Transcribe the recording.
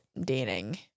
dating